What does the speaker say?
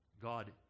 God